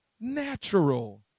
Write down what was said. natural